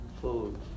food